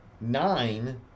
nine